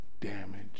damage